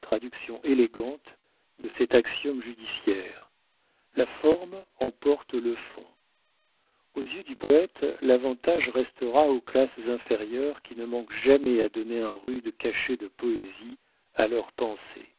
traduction élégante de cet axiome judiciaire la forme emporte le fond aux yeux du poète l'avantage restera aux classes inférieures qui ne manquent jamais à donner un rude cachet de poésie à leurs pensées